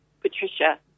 Patricia